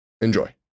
Enjoy